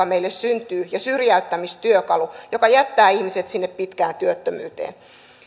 meille syntyy sellainen osaamisvaje ja syrjäyttämistyökalu joka jättää ihmiset sinne pitkään työttömyyteen